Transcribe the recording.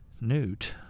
Newt